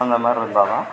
அந்தமாதிரி இருந்தால்தான்